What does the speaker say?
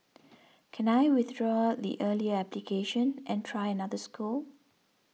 can I withdraw the earlier application and try another school